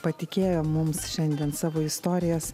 patikėjo mums šiandien savo istorijas